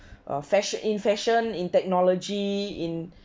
a fashion in fashion in technology in